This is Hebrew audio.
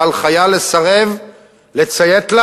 שעל חייל לסרב לציית לה